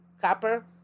copper